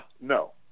No